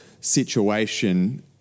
situation